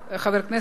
בבקשה.